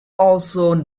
also